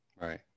Right